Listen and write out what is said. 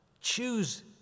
Choose